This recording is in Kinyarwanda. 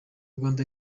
rwanda